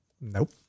nope